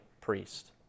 priest